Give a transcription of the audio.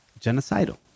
genocidal